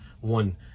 one